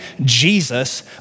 Jesus